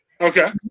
okay